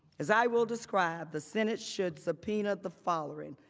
as i will describe, the senate should subpoena the following.